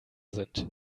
sind